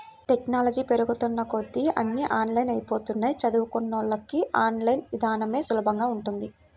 technology పెరుగుతున్న కొద్దీ అన్నీ ఆన్లైన్ అయ్యిపోతన్నయ్, చదువుకున్నోళ్ళకి ఆన్ లైన్ ఇదానమే సులభంగా ఉంటది